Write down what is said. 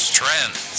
trends